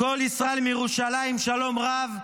קול ישראל מירושלים שלום רב,